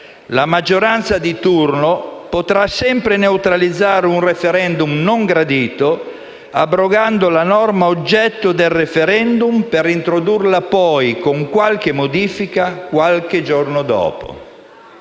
la maggioranza di turno potrà sempre neutralizzare un *referendum* non gradito abrogando la norma oggetto del *referendum* per reintrodurla poi, con qualche modifica, qualche giorno dopo.